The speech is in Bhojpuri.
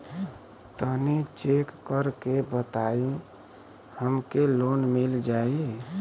तनि चेक कर के बताई हम के लोन मिल जाई?